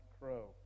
crow